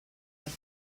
les